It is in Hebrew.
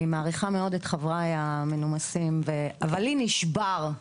אני מעריכה מאוד את חבריי המנומסים, אבל לי נשבר.